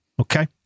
Okay